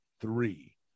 three